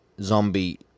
zombie